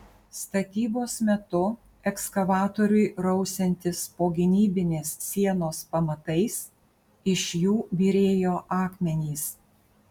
statybos metu ekskavatoriui rausiantis po gynybinės sienos pamatais iš jų byrėjo akmenys